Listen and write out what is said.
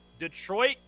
Detroit